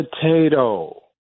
potato